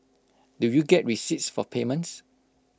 do you get receipts for payments